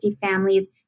families